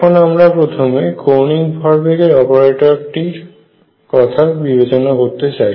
এখন আমরা প্রথমে কৌণিক ভরবেগের অপারেটরটির কথা বিবচনা করতে চাই